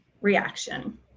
reaction